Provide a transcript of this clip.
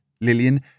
Lillian